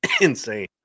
insane